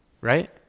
right